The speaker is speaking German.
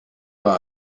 war